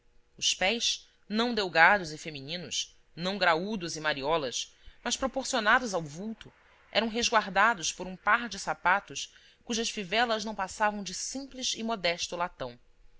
os pés não delgados e femininos não graúdos e mariolas mas proporcionados ao vulto eram resguardados por um par de sapatos cujas fivelas não passavam de simples e modesto latão